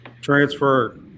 transfer